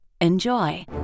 Enjoy